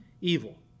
evil